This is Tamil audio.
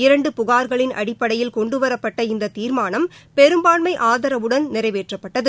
இரண்டு புகார்களின் அடிப்படையில் கொண்டுவரப்பட்ட இந்த தீர்மானம் பெரும்பான்மை ஆதரவுடன் நிறைவேற்றப்பட்டது